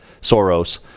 Soros